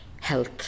health